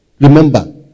Remember